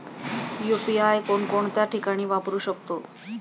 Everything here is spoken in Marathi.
यु.पी.आय कोणकोणत्या ठिकाणी वापरू शकतो?